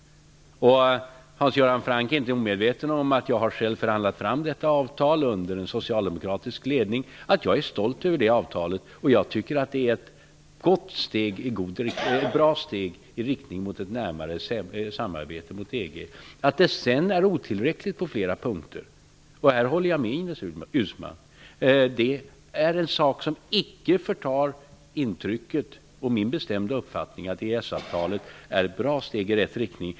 Hans Göran Franck är inte omedveten om att jag själv har förhandlat fram detta avtal under en socialdemokratisk ledning. Jag är stolt över det avtalet och tycker att det är ett bra steg i riktning mot ett närmare samarbete med EG. Att det sedan på flera punkter är otillräckligt -- där håller jag med Ines Uusmann -- är något som icke förtar intrycket av och inte påverkar min bestämda uppfattning att EES-avtalet är ett bra steg i rätt riktning.